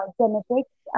genetics